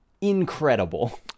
incredible